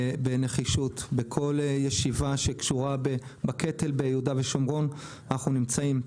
בכל ישיבה שקשורה בקטל ביהודה ושומרון אנחנו נמצאים.